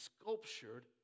sculptured